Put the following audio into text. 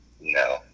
No